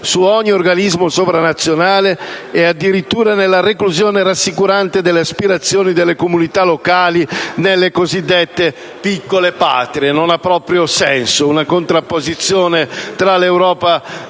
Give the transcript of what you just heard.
su ogni organismo sovranazionale e addirittura nella reclusione rassicurante delle aspirazioni delle comunità locali nelle cosiddette piccole patrie. Non ha proprio senso una contrapposizione tra l'Europa